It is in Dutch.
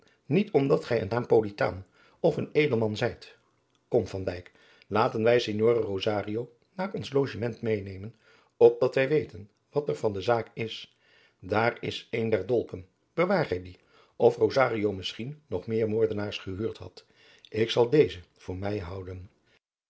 niet omdat gij een napolitaan of een edelman zijt kom van dijk laten wij signore rosario naar ons logement mêenemen opdat wij weten wat er van de zaak is daar is een der dolken bewaar gij dien of rosario misschien nog meer moordenaars gehuurd had ik zal dezen voor mij houden